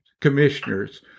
commissioners